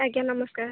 ଆଜ୍ଞା ନମସ୍କାର